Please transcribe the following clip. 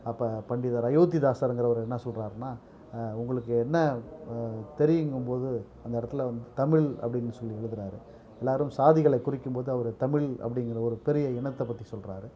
அப்போ பண்டிதர் அயோத்திதாசருங்கிறவரு என்ன சொல்கிறாருன்னா உங்களுக்கு என்ன தெரியுங்கும் போது அந்த இடத்துல வந்து தமிழ் அப்படின்னு சொல்லி எழுதுறாரு எல்லோரும் சாதிகளை குறிக்கும் போது அவர் தமிழ் அப்படிங்கிற ஒரு பெரிய இனத்தை பற்றி சொல்கிறாரு